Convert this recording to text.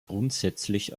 grundsätzlich